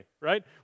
right